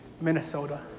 Minnesota